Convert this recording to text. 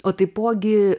o taipogi